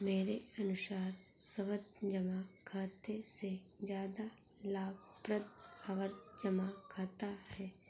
मेरे अनुसार सावधि जमा खाते से ज्यादा लाभप्रद आवर्ती जमा खाता है